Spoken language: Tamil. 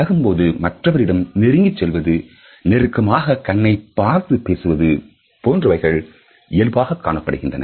பழகும்போது மற்றவரிடம் நெருங்கிச் செல்வது நெருக்கமாக கண்ணை பார்த்து பேசுவது போன்றவைகள் இயல்பாக காணப்படுகின்றன